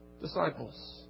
disciples